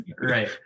Right